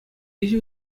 виҫӗ